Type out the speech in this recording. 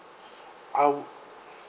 I would